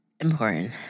important